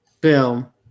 Boom